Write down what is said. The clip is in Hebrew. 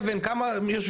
אבן, כמה יושבים?